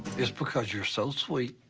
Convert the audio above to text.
it's because you're so sweet.